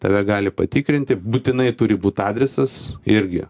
tave gali patikrinti būtinai turi būt adresas irgi